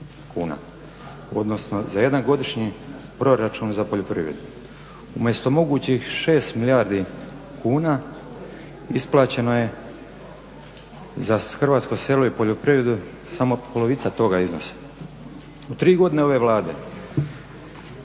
kuna, odnosno za jedan godišnji proračun za poljoprivredu. Umjesto mogućih 6 milijardi kuna isplaćeno je za hrvatsko selo i poljoprivredu samo polovica toga iznosa. U tri godine ove Vlade